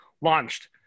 launched